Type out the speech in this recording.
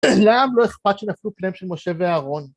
‫לעם לא אכפת שנפלו פניהם של משה ואהרון.